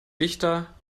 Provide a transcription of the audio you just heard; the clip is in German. dichter